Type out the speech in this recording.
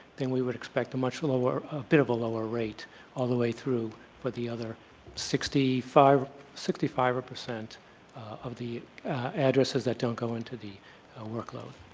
then we would expect a much lower ah bit of a lower rate all the way through for the other sixty five sixty five percent of the addresses that don't go into the workload.